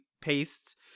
paste